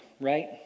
right